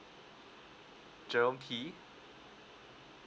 jerome tee